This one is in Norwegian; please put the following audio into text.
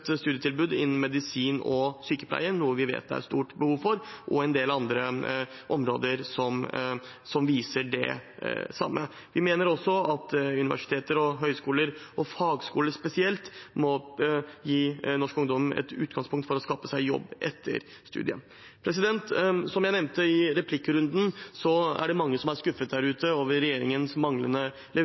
studietilbud innen medisin og sykepleie, noe vi vet det er stort behov for, og en del andre områder som viser det samme. Vi mener også at universiteter og høyskoler, og fagskoler spesielt, må gi norsk ungdom et utgangspunkt for å skaffe seg jobb etter studiene. Som jeg nevnte i replikkrunden, er det mange der ute som er skuffet over regjeringens manglende